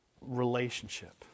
relationship